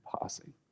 passing